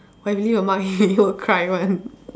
!wah! if really got mark then he will cry one